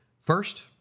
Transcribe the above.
first